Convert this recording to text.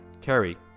Terry